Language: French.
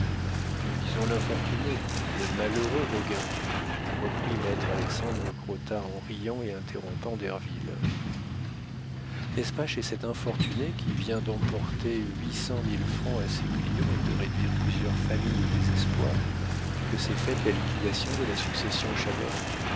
nous disons l'infortuné le malheureux roguin reprit maître alexandre crottat en riant et interrompant derville n'est-ce pas chez cet infortuné qui vient d'emporter huit cent mille francs à ses clients et de réduire plusieurs familles au désespoir que s'est faite la liquidation de la succession